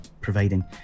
providing